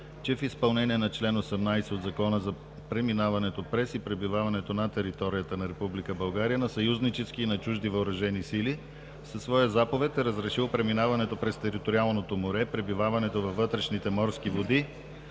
че в изпълнение на чл. 18 от Закона за преминаването през и пребиваването на територията на Република България на съюзнически и на чужди въоръжени сили със своя заповед е разрешил преминаването през териториалното море, пребиваването във вътрешните морски води